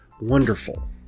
wonderful